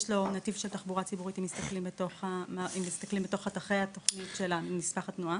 יש לו נתיב של תח"צ אם מסתכלים בתוך חתכי התוכנית של נספח התנועה